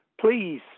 Please